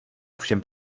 ovšem